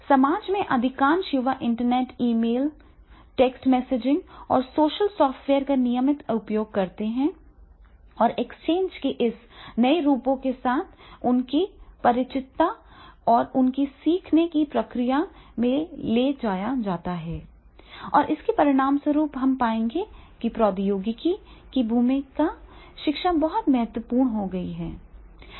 समाज के अधिकांश युवा इंटरनेट ईमेल टेक्स्ट मैसेजिंग और सोशल सॉफ्टवेयर का नियमित उपयोग करते हैं और एक्सचेंज के इस नए रूपों के साथ उनकी परिचितता को उनकी सीखने की प्रक्रिया में ले जाया जाता है और इसके परिणामस्वरूप हम पाएंगे कि प्रौद्योगिकी की भूमिका शिक्षा बहुत महत्वपूर्ण हो गई है